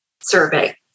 survey